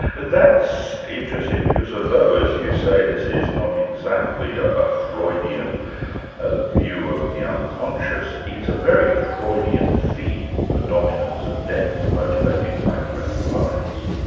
that's interesting, because although as you say, this is not exactly a ah freudian ah view of the unconscious, it's a very freudian theme, the dominance of death as a motivating factor in our lives.